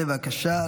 בבקשה.